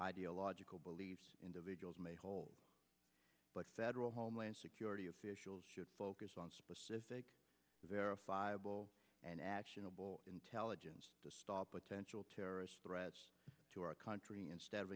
ideological beliefs individuals may hold but federal homeland security officials should focus on specific verifiable and actionable intelligence to stop potential terrorist threats to our country instead of